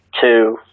Two